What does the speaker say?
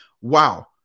wow